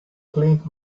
cleaned